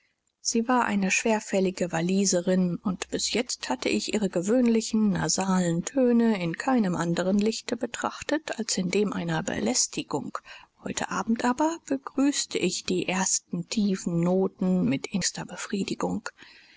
sie war eine schwerfällige walliserin und bis jetzt hatte ich ihre gewöhnlichen nasalen töne in keinem anderen lichte betrachtet als in dem einer belästigung heute abend aber begrüßte ich die ersten tiefen noten mit innerster befriedigung